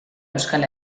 euskal